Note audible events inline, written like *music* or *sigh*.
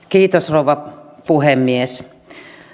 *unintelligible* kiitos rouva puhemies